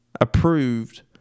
approved